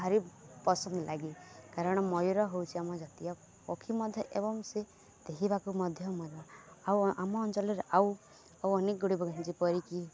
ଭାରି ପସନ୍ଦ ଲାଗେ କାରଣ ମୟୂର ହଉଚି ଆମ ଜାତୀୟ ପକ୍ଷୀ ମଧ୍ୟ ଏବଂ ସେ ଦେଖିବାକୁ ମଧ୍ୟ ମୟୂର ଆଉ ଆମ ଅଞ୍ଚଲରେ ଆଉ ଆଉ ଅନେକଗୁଡ଼ିକ ଯେପରିକି